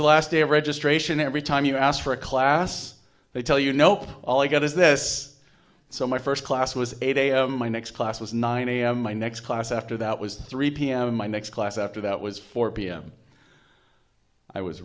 the last day of registration every time you ask for a class they tell you nope all i got is this so my first class was eight am my next class was nine am my next class after that was three pm my next class after that was four pm i was